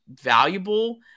valuable